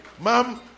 Ma'am